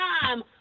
time